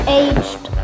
aged